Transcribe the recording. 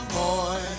boy